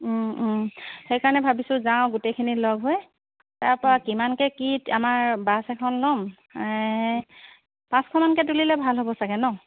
সেইকাৰণে ভাবিছোঁ যাওঁ গোটেইখিনি লগ হৈ তাৰপৰা কিমানকৈ কি আমাৰ বাছ এখন ল'ম পাঁচশমানকৈ তুলিলে ভাল হ'ব চাগে ন'